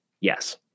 Yes